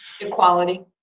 Equality